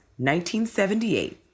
1978